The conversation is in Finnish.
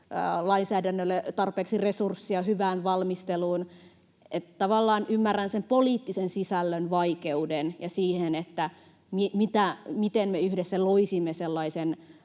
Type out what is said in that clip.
lainsäädännölle tarpeeksi resursseja hyvään valmisteluun. Tavallaan ymmärrän sen poliittisen sisällön vaikeuden, sen, miten me yhdessä loisimme sellaisen